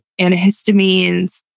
antihistamines